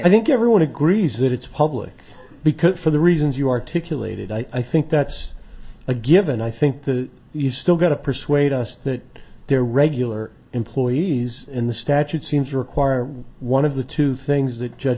i think everyone agrees that it's public because for the reasons you articulated i think that's a given i think the you've still got to persuade us that they're regular employees in the statute seems to require one of the two things that judge